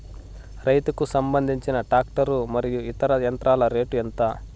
రైతుకు సంబంధించిన టాక్టర్ మరియు ఇతర యంత్రాల రేటు ఎంత?